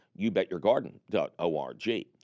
youbetyourgarden.org